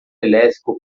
elétrico